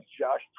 Josh